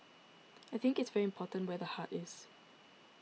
I think it's very important where the heart is